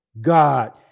God